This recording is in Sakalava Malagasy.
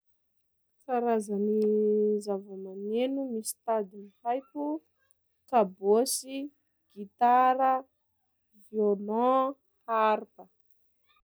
Karazagny zava-maneno misy tadiny haiko: kabôsy, gitara, violon, harpe.